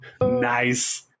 Nice